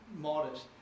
modest